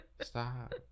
Stop